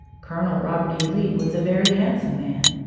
colonel robert e. lee was a very handsome man.